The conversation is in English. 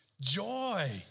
joy